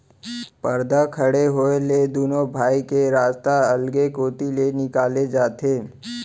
परदा खड़े होए ले दुनों भाई के रस्ता अलगे कोती ले निकाले जाथे